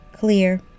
Clear